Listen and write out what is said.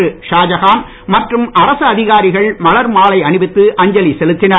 MOH Shahjahan மற்றும் அரசு அதிகாரிகள் மலர் மாலை அணிவித்து அஞ்சலி செலுத்தினர்